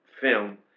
film